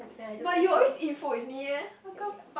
but you always eat food with me eh how come